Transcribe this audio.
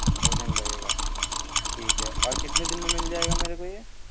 original لگے گا ٹھیک ہے اور کتنے دن میں مل جائے گا میرے کو یہ